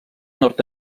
nord